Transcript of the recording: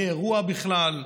יהיה אירוע בכלל?